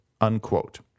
unquote